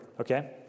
Okay